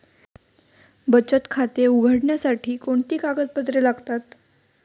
बचत खाते उघडण्यासाठी कोणती कागदपत्रे लागतात?